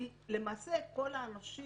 כי למעשה כל האנשים